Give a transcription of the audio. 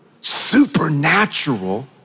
supernatural